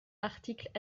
articles